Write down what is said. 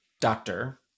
doctor